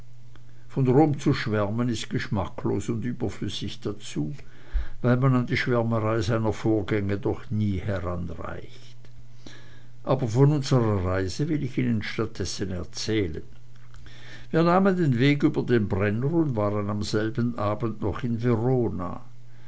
von rom zu schwärmen ist geschmacklos und überflüssig dazu weil man an die schwärmerei seiner vorgänger doch nie heranreicht aber von unserer reise will ich ihnen statt dessen erzählen wir nahmen den weg über den brenner und waren am selben abend noch in verona